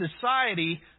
society